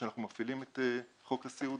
שאנחנו מפעילים את חוק הסיעוד.